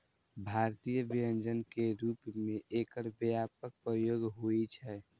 भारतीय व्यंजन के रूप मे एकर व्यापक प्रयोग होइ छै